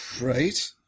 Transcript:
Right